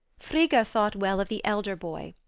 frigga thought well of the elder boy,